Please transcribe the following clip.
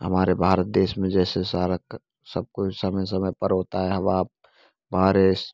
हमारे भारत देश में जैसे सारा सब कुछ समय समय पर होता है हवा बारिश